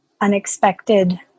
unexpected